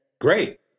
Great